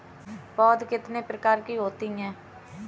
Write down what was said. पौध कितने प्रकार की होती हैं?